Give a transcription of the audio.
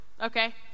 okay